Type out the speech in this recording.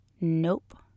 Nope